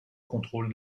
contrôle